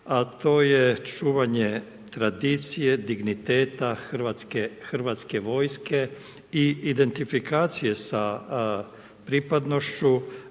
a to je čuvanje tradicije, digniteta HV-a i identifikacije sa pripadnošću